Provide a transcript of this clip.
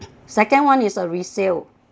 second one is a resale